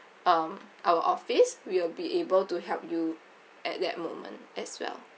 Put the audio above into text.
um our office we'll be able to help you at that moment as well